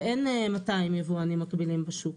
ואין 200 יבואנים מקבילים בשוק.